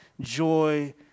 joy